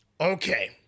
okay